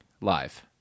live